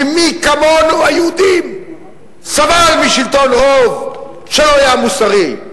ומי כמונו היהודים סבל משלטון רוב שלא היה מוסרי,